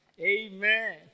Amen